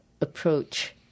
approach